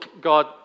God